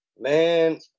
Man